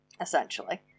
essentially